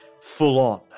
full-on